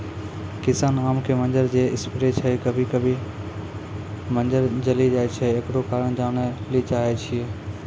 किसान आम के मंजर जे स्प्रे छैय कभी कभी मंजर जली जाय छैय, एकरो कारण जाने ली चाहेय छैय?